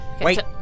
Wait